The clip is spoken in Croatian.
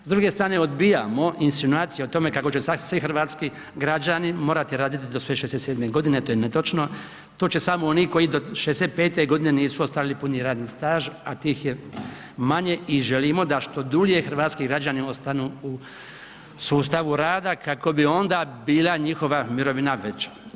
S druge strane odbijamo insinuacije o tome kako će sad svi hrvatski građani morati raditi do svoje 67 godine a to je netočno, to će samo oni koji do 65 godine nisu ostvarili puni radni staž a tih je manje i želimo da što duže hrvatski građani ostanu u sustavu rada kako bi onda bila njihova mirovina veća.